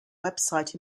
website